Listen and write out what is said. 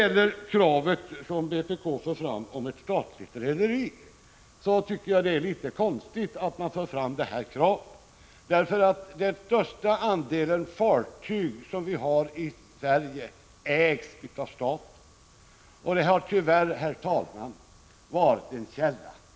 Vpk:s krav på inrättande av ett statligt rederi är litet konstigt. De flesta svenska fartyg ägs av staten, och detta förhållande har tyvärr, herr talman, varit en källa till stora bekymmer. Riksdagen har mycket entydigt fattat Prot.